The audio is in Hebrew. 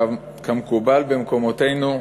כמקובל במקומותינו,